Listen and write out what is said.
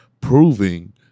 proving